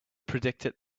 predicted